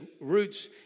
roots